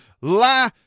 la